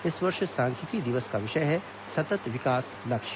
इस वर्ष सांख्यिकी दिवस का विषय है सतत् विकास लक्ष्य